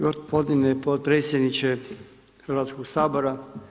Gospodine potpredsjedniče Hrvatskog sabora.